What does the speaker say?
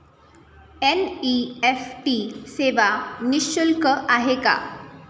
NEFT सेवा निःशुल्क आहे का?